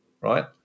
right